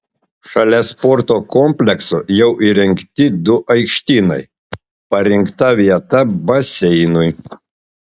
šalia sporto komplekso jau įrengti du aikštynai parinkta vieta baseinui